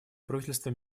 правительство